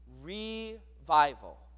revival